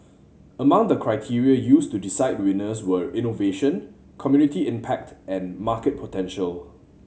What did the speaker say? among the criteria used to decide winners were innovation community impact and market potential